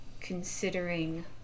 considering